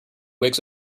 wakes